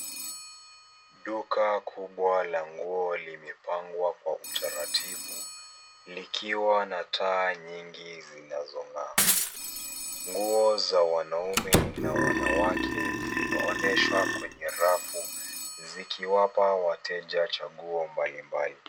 Duka kubwa la nguo limepangwa kwa utaratibu, likiwa na taa nyingi zinazong'aa. Nguo za wanaume na wanawake zimeonyeshwa kwenye rafu zikiwapa wateja chaguo mbalimbali.